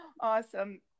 Awesome